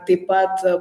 taip pat